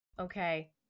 Okay